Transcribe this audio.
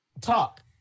Talk